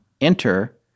Enter